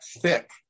thick